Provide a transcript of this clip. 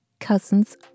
Cousins